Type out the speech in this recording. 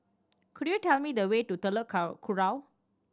could you tell me the way to Telok Kurau